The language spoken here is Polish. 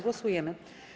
Głosujemy.